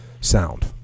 sound